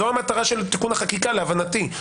זאת המטרה של תיקון החקיקה, להבנתי,